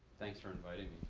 thanks for inviting